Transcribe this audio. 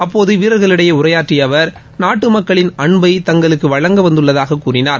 அப்போது வீரர்களிடையே உரையாற்றிய அவர் நாட்டு மக்களின் அன்பை தங்களுக்கு வழங்க வந்துள்ளதாக கூறினார்